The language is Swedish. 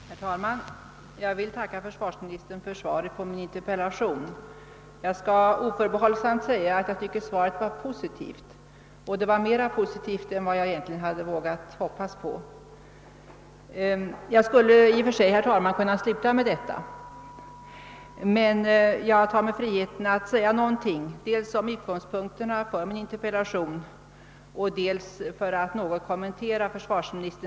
Herr talman! Jag vill tacka försvarsministern för svaret på min interpella tion. Jag skall oförbehållsamt säga att jag tycker det var positivt — mer positivt än jag egentligen hade vågat hoppas på. I och för sig skulle jag kunna sluta med detta, men jag tar mig friheten att dels säga något om utgångspunkterna för min interpellation, dels göra en kommentar till svaret.